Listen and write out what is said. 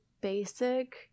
basic